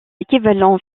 équivalent